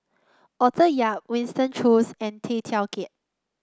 Arthur Yap Winston Choos and Tay Teow Kiat